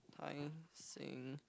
Tai-Seng